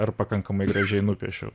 ar pakankamai gražiai nupiešiau